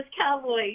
Cowboy